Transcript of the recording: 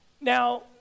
Now